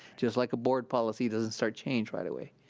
just like a board policy doesn't start change right away,